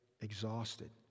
exhausted